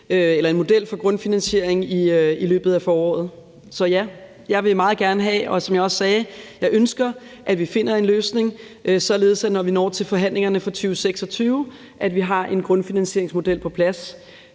en model for grundfinansiering i løbet af foråret. Så ja, jeg vil meget gerne have, og som jeg sagde, ønsker jeg, at vi finder en løsning, således at når vi når til forhandlingerne for 2026, har vi en grundfinansieringsmodel på plads.